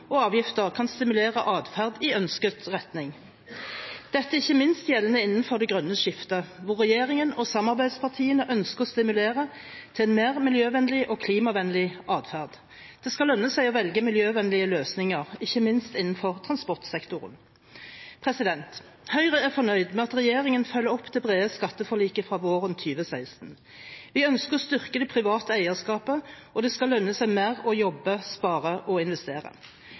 og avgifter kan stimulere adferd i ønsket retning. Dette er ikke minst gjeldende innenfor det grønne skiftet, hvor regjeringen og samarbeidspartiene ønsker å stimulere til en mer miljøvennlig og klimavennlig adferd. Det skal lønne seg å velge miljøvennlige løsninger, ikke minst innenfor transportsektoren. Høyre er fornøyd med at regjeringen følger opp det brede skatteforliket fra våren 2016. Vi ønsker å styrke det private eierskapet, og det skal lønne seg mer å jobbe, spare og investere.